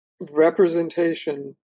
representation